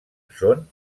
són